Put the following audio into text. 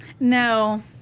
No